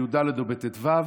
בי"ד או בט"ו.